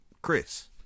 Chris